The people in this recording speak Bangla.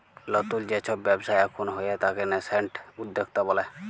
লতুল যে সব ব্যবচ্ছা এখুন হয়ে তাকে ন্যাসেন্ট উদ্যক্তা ব্যলে